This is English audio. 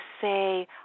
say